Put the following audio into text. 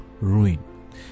ruin